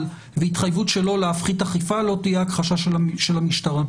והתחייבות שלו להפחית אכיפה לא תהיה הכחשה של המשטרה.